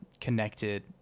connected